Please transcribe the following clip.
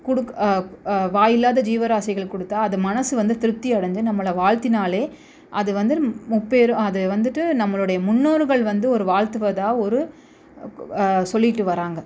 குடுக் வாய் இல்லாத ஜீவராசிகள் கொடுத்தா அது மனசு வந்து திருப்தி அடைஞ்சி நம்மளை வாழ்த்தினாலே அது வந்து முப்பெரும் அது வந்துட்டு நம்மளுடைய முன்னோர்கள் வந்து ஒரு வாழ்த்துவதா ஒரு சொல்லிகிட்டு வராங்கள்